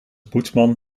poetsman